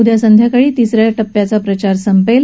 उद्या संध्याकाळी तिसऱ्या टप्प्याचा प्रचार संपेल